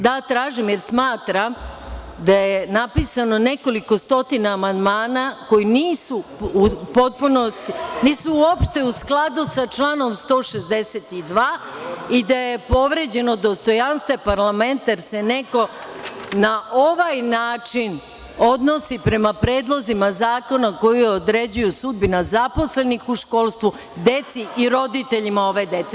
Da tražim, jer smatram da je napisano nekoliko stotina amandmana koji nisu uopšte u skladu sa članom 162. i da je povređeno dostojanstvo parlamenta jer se neko na ovaj način odnosi prema predlozima zakona koji određuju sudbinu zaposlenih u školstvu, deci i roditeljima ove dece.